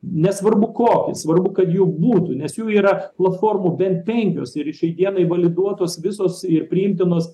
nesvarbu kokį svarbu kad jų būtų nes jų yra platformų bent penkios ir šiai dienai validuotos visos ir priimtinos